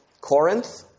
Corinth